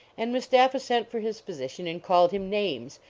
and mustapha sent for his physician and called him names.